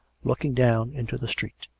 looking down into the street.